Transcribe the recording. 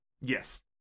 yes